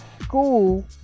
school